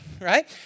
right